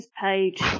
page